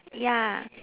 ya